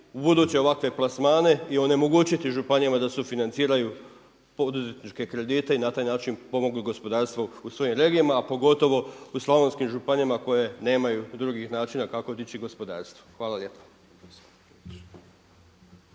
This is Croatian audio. ubuduće ovakve plasmane i onemogućiti županijama da sufinanciraju poduzetničke kredite i na taj način pomognu gospodarstvo u svojim regijama a pogotovo u slavonskim županijama koje nemaju drugih načina kako dići gospodarstvo. Hvala lijepa.